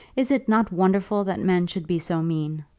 is it not wonderful that men should be so mean?